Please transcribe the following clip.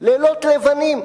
לילות לבנים.